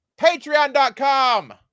Patreon.com